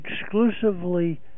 exclusively